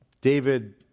David